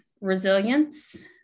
resilience